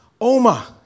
oma